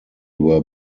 were